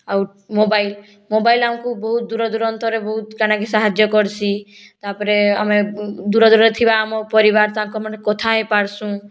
ଆଉ mobile mobile ଆମକୁ ବହୁତ ଦୁର ଦୁରାନ୍ତର ବହୁତ କାଣାକି ସାହାଯ୍ୟ କର୍ସି ତାପରେ ଆମେ ଦୂରେ ଦୂରେ ଥିବା ଆମ ପରିବାର ତାଙ୍କ ମନେ କଥା ହୋଇପାର୍ସୁଁ